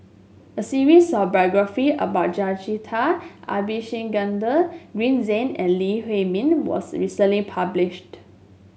a series of biography about Jacintha Abisheganaden Green Zeng and Lee Huei Min was recently published